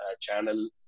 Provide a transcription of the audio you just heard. channel